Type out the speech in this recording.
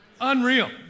unreal